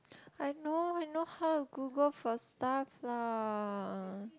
I know I know how to Google for stuff lah